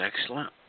excellent